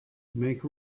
make